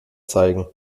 zeigen